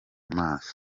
maso